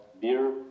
beer